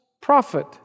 prophet